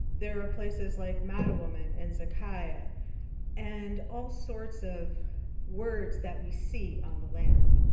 there are places like madwomen and zakia and all sorts of words that we see on the land.